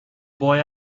boy